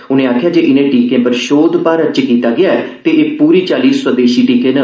उनें आखेआ जे इनें टीकें पर शोध भारत च कीता गेआ ऐ ते एह पूरी चाल्ली स्वदेशी टीके न